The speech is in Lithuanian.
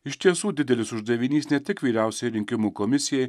iš tiesų didelis uždavinys ne tik vyriausiai rinkimų komisijai